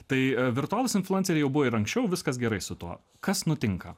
tai virtualūs influenceriai jau buvo ir anksčiau viskas gerai su tuo kas nutinka